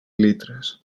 litres